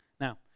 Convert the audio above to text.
Now